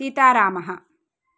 सीतारामः